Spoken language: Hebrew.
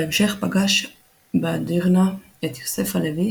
בהמשך פגש באדירנה את יוסף הלוי,